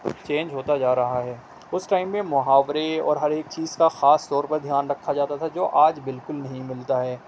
change ہوتا جا رہا ہے اس ٹائم میں محاورے اور ہر ایک چیز کا خاص طور پر دھیان رکھا جاتا تھا جو آج بالکل نہیں ملتا ہے